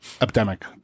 epidemic